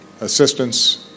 assistance